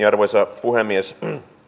arvoisa puhemies